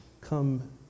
come